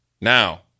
Now